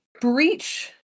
breach